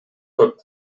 көп